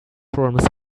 forms